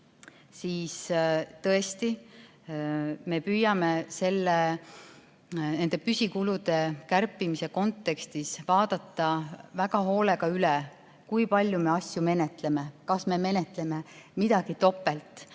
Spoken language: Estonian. siis tõesti, me püüame nende püsikulude kärpimise kontekstis vaadata väga hoolega üle, kui palju me asju menetleme, kas me menetleme midagi topelt,